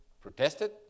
protested